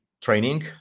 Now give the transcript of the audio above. training